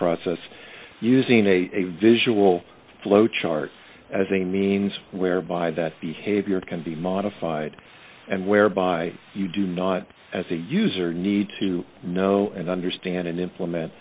process using a visual flow chart as a means whereby that behavior can be modified and whereby you do not as a user need to know and understand and implement